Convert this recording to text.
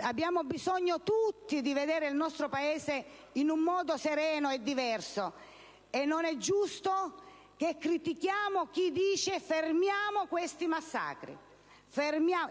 Abbiamo bisogno tutti di vedere il nostro Paese in modo sereno e diverso, e non è giusto che critichiamo chi vuole fermare questi massacri.